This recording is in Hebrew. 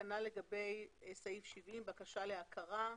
כנ"ל לגבי סעף 70, בקשה להכרה.